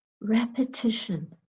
Repetition